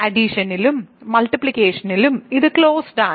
അഡിഷനിലും മുൾട്ടിപ്ലിക്കേഷനിലും ഇത് ക്ലോസ്ഡ് ആണ്